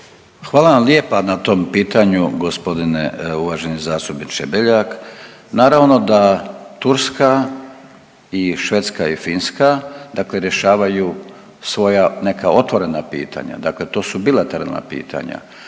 Hvala vam lijepa na tom pitanju g. uvaženi zastupniče Beljak. Naravno da Turska i Švedska i Finska, dakle rješavaju svoja neka otvorena pitanja, dakle to su bilateralna pitanja.